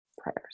prayers